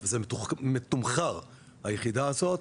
זה מתומחר היחידה הזאת,